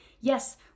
yes